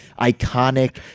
iconic